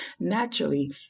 Naturally